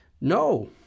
No